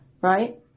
Right